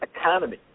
economy